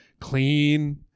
clean